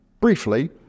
briefly